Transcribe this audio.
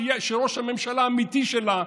שראש הממשלה האמיתי שלה,